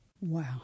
Wow